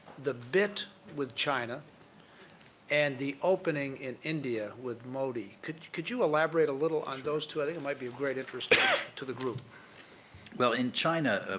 the bit with china and the opening in india with modi, could could you elaborate a little on those two? i think it might be of great interest to the group. mike well, in china, ah